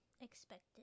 Expected